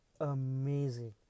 amazing